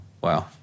Wow